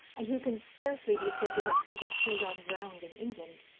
and who can scarcely be said to have put his feet on ground in england,